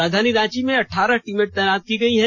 राजधानी रांची में अठारह टीमें तैनात की गई हैं